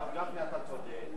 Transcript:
אתה צודק,